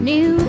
New